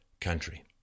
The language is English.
country